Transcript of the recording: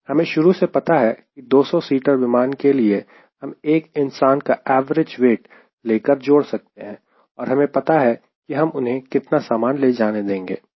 हमें शुरू से पता है कि 200 सीटर विमान के लिए हम एक इंसान का एवरेज वेट लेकर जोड़ सकते हैं और हमें पता है कि हम उन्हें कितना सामान ले जाने देंगे